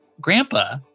grandpa